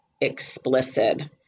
explicit